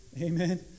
amen